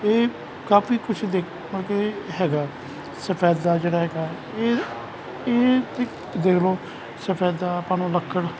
ਇਹ ਕਾਫੀ ਕੁਝ ਦੇਖ ਮਤਲ ਕੇ ਹੈਗਾ ਸਫੈਦਾ ਜਿਹੜਾ ਹੈਗਾ ਇਹ ਇਹ ਦੇਖ ਲਓ ਸਫੈਦਾ ਆਪਾਂ ਨੂੰ ਲੱਕੜ